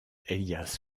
elias